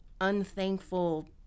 unthankful